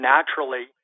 Naturally